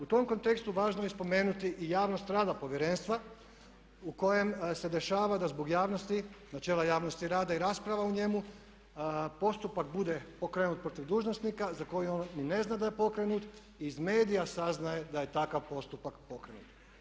U tom kontekstu važno je spomenuti i javnost rada povjerenstva u kojem se dešava da zbog načela javnosti rada i rasprava u njemu postupak bude pokrenut protiv dužnosnika za koji on ni ne zna da je pokrenut, iz medija saznaje da je takav postupak pokrenut.